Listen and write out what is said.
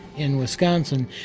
in wisconsin,